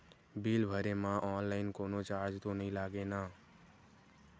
Bill भरे मा online कोनो चार्ज तो नई लागे ना?